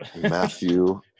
Matthew